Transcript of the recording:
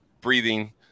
breathing